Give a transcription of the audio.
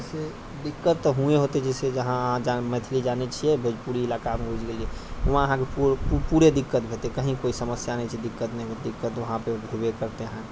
जैसे दिक्कत तऽ हुँवे हौते जैसे जहाँ अहाँ मैथिली जानै छियै भोजपुरी इलाकामे पहुँचि गेलियै वहाँ अहाँकेँ पूरे दिक्कत होतै कहीँ कोइ समस्या नहि छै दिक्कत नहि हौते दिक्कत वहाँपर हुवे करतै अहाँकेँ